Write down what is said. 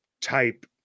type